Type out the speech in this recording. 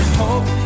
hope